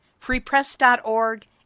freepress.org